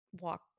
walk